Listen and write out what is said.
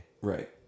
Right